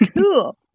Cool